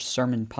Sermon